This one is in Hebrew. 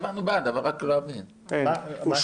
נמנעים, אין מיזוג שתי הצעות החוק, נתקבל.